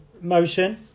motion